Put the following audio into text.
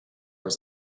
was